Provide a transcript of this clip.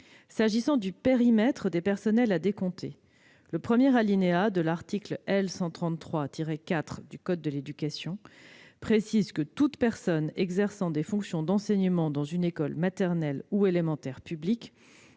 S'agissant du périmètre des personnels à décompter, le premier alinéa de l'article L. 133-4 du code de l'éducation précise que « toute personne exerçant des fonctions d'enseignement dans une école maternelle ou élémentaire publique